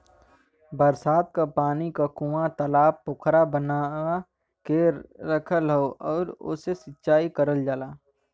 बरसात क पानी क कूंआ, तालाब पोखरा बनवा के रखल हौ आउर ओसे से सिंचाई करल जाला